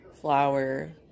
flour